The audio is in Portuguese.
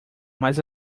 mais